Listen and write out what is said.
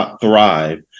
Thrive